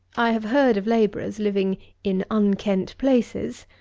i have heard of labourers, living in unkent places,